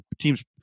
teams